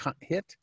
hit